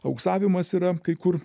auksavimas yra kai kur